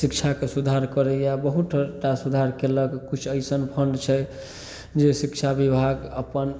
शिक्षाके सुधार करैए बहुतटा सुधार कएलक किछु अइसन फण्ड छै जे शिक्षा विभाग अपन